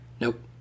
Nope